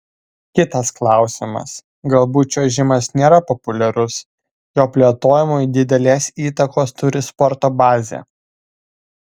kitas klausimas galbūt čiuožimas nėra populiarus jo plėtojimui didelės įtakos turi sporto bazė